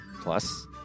Plus